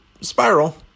spiral